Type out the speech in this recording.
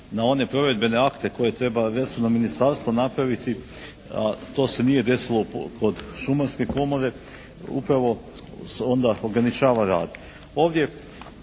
na one provedbene akte koje treba resorno ministarstvo napraviti to se nije desilo kod šumarske komore, upravo se onda ograničava rad.